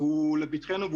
הוא לפתחנו,